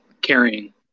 carrying